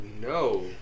no